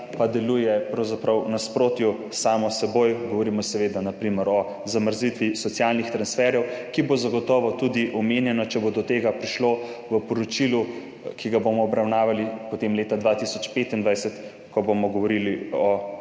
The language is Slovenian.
v nasprotju s samo s seboj. Govorimo seveda na primer o zamrznitvi socialnih transferjev, ki bo zagotovo tudi omenjena, če bo do tega prišlo, v poročilu, ki ga bomo obravnavali potem leta 2025, ko bomo govorili o